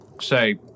say